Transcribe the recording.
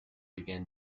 began